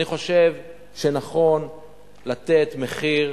אני חושב שנכון לתת מחיר,